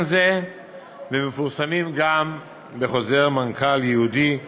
זה ומפורסמים גם בחוזר מנכ"ל ייעודי לעניין.